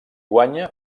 guanya